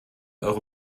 eure